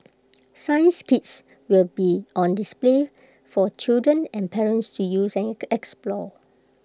science kits will be on display for children and parents to use and explore